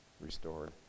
restored